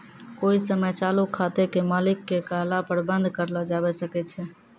कोइ समय चालू खाते के मालिक के कहला पर बन्द कर लो जावै सकै छै